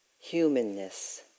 humanness